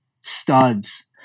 studs